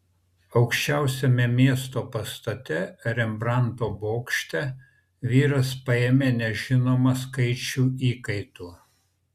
aukščiausiame miesto pastate rembrandto bokšte vyras paėmė nežinomą skaičių įkaitų